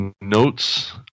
notes